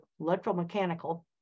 electromechanical